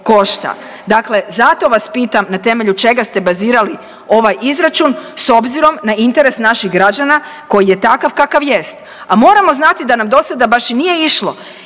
Dakle, zato vas pitam na temelju čega ste bazirali ovaj izračun s obzirom na interes naših građana koji je takav kakav jest. A moramo znati da nam do sada baš i nije išlo